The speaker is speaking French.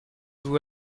vous